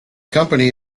company